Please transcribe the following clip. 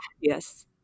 Yes